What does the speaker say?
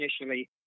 initially